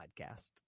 podcast